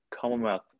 Commonwealth